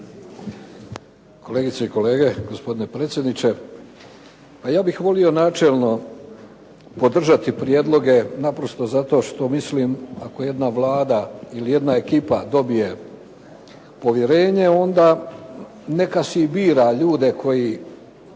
Kolegice i kolege, gospodine predsjedniče. Pa ja bih volio načelno podržati prijedloge naprosto zato što mislim ako jedna vlada ili jedna ekipa dobije povjerenje onda neka si i bira ljude koji